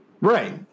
Right